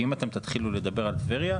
כי אם אתם תתחילו לדבר על טבריה,